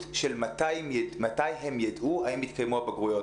של מתי הם ידעו האם יתקיימו הבגרויות.